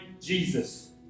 Jesus